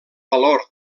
valor